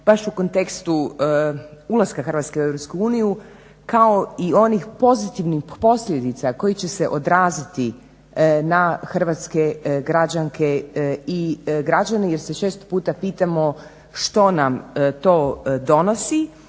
baš u kontekstu ulaska Hrvatske u Europsku uniju kao i onih pozitivnih posljedica koji će se odraziti na hrvatske građanke i građane jer se često puta pitamo što nam to donosi.